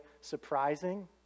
surprising